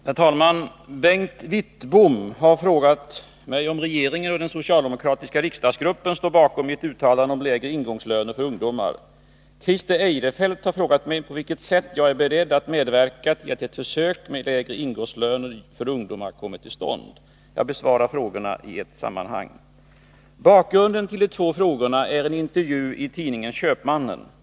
Herr talman! Bengt Wittbom har frågat mig om regeringen och den socialdemokratiska riksdagsgruppen står bakom mitt uttalande om lägre ingångslöner för ungdomar. Christer Eirefelt har frågat mig på vilket sätt jag är beredd att medverka till att ett försök med lägre ingångslöner för ungdomar kommer till stånd. Jag besvarar frågorna i ett sammanhang. Bakgrunden till de två frågorna är en intervju i tidningen Köpmannen.